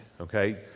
Okay